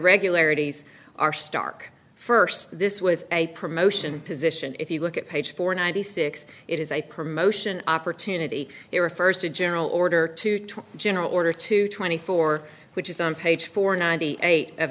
regularities are stark first this was a promotion position if you look at page four ninety six it is a promotion opportunity it refers to general order to turn general order to twenty four which is on page four ninety eight of